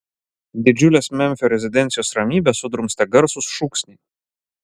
didžiulės memfio rezidencijos ramybę sudrumstė garsūs šūksniai